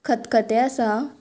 खतखतें आसा